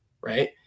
right